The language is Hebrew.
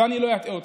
ואני לא אטעה אותך.